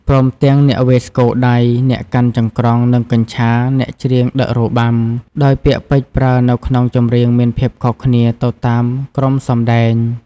ព្រមទាំងអ្នកវាយស្គរដៃ អ្នកកាន់ចង្រ្កង់ និងកញ្ឆា អ្នកច្រៀងដឹករបាំ ដោយពាក្យពេចន៍ប្រើនៅក្នុងចម្រៀងមានភាពខុសគ្នាទៅតាមក្រុមសម្ដែង។